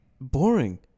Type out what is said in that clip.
boring